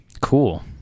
Cool